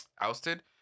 ousted